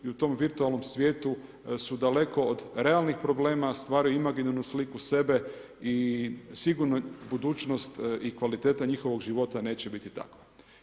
I u tom virtualnom svijetu su daleko od realnih problema, stvaraju imaginarnu sliku sebe i sigurna budućnost i kvaliteta njihovog života neće biti takva.